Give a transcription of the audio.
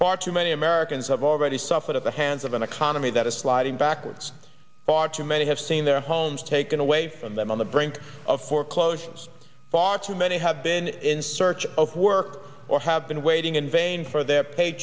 far too many americans have already suffered at the hands of an economy that is sliding backwards many have seen their homes taken away from them on the brink of foreclosures far too many have been in search of work or have been waiting in vain for their pay